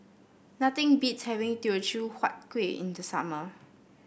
nothing beats having Teochew Huat Kueh in the summer